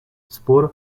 spór